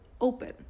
open